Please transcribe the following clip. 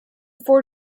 fort